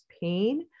pain